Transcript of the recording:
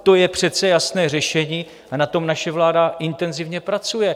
To je přece jasné řešení a na tom naše vláda intenzivně pracuje.